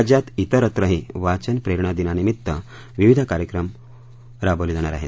राज्यात तिरत्रही वाचन प्रेरणा दिनानिमित्त विविध उपक्रम राबवले जाणार आहेत